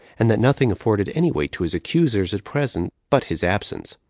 and that nothing afforded any weight to his accusers at present but his absence.